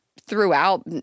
throughout